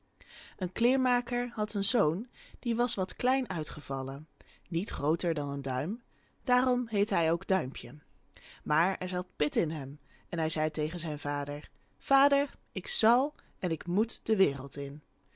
een kleermaker had een zoon die was wat klein uitgevallen niet grooter dan een duim daarom heette hij ook duimpje maar er zat pit in hem en hij zei tegen zijn vader vader ik zal en ik moet de wereld in